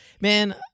man